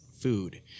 food